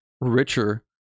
richer